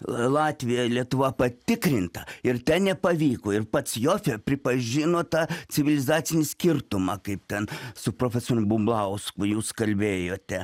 latvija lietuva patikrinta ir ten nepavyko ir pats jofė pripažino tą civilizacinį skirtumą kaip ten su profesorium bumblausku jūs kalbėjote